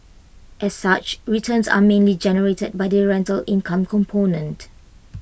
as such returns are mainly generated by the rental income component